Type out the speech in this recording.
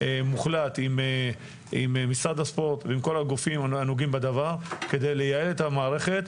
מוחלט עם משרד הספורט ועם כל הגופים הנוגעים בדבר כדי לייעל את המערכת.